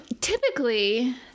Typically